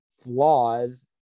flaws